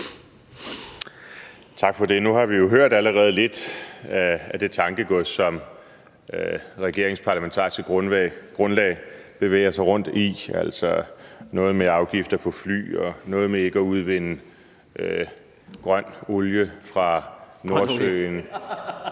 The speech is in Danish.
Tak for det. Nu har vi jo allerede hørt lidt af det tankegods, som regeringens parlamentariske grundlag bevæger sig rundt i. Det er altså noget med afgifter på fly og noget med ikke at udvinde grøn olie (Klima-,